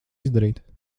izdarīt